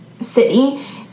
city